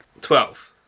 Twelve